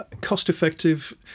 cost-effective